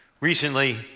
Recently